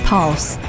Pulse